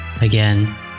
Again